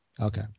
Okay